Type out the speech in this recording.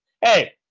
Hey